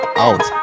out